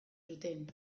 zuten